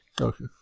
Okay